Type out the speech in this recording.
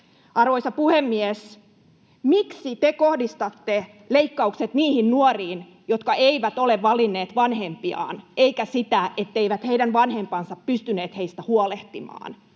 Arvoisa puhemies! Miksi te kohdistatte leikkaukset niihin nuoriin, jotka eivät ole valinneet vanhempiaan eivätkä sitä, etteivät heidän vanhempansa pystyneet heistä huolehtimaan?